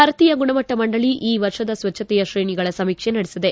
ಭಾರತೀಯ ಗುಣಮಟ್ಟ ಮಂಡಳಿ ಈ ವರ್ಷದ ಸ್ವಚ್ವತೆಯ ಶ್ರೇಣಿಗಳ ಸಮೀಕ್ಷೆ ನಡೆಸಿದೆ